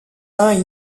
uns